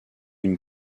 une